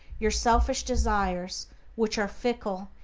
your selfish desires which are fickle,